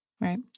Right